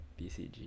BCG